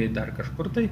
jei dar kažkur tai